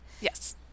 Yes